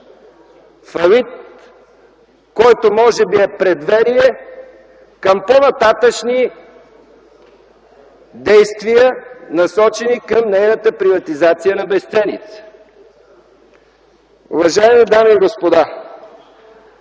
фалит, който може би е предверие към по-нататъшни действия, насочени към нейната приватизация на безценица. Уважаеми дами и господа,